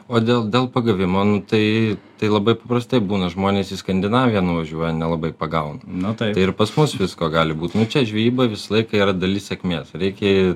o dėl dėl pagavimo nu tai tai labai paprastai būna žmonės į skandinaviją nuvažiuoja nelabai pagauna tai ir pas mus visko gali būt nu čia žvejyba visą laiką yra dalis sėkmės reikia